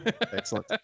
Excellent